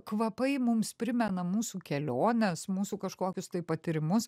kvapai mums primena mūsų keliones mūsų kažkokius tai patyrimus